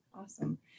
Awesome